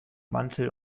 mantel